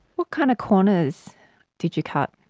what kind of corners did you cut?